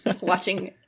watching